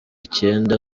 icyenda